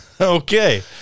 Okay